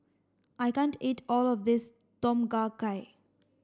I can't eat all of this Tom Kha Gai